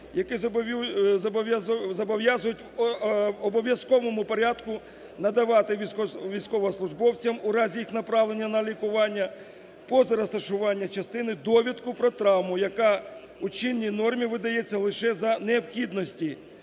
які зобов'язують обов'язковому порядку надавати військовослужбовцям у разі їх направлення на лікування поза розташування частини довідку про травму, яка у чинні нормі видається лише за необхідності